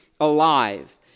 alive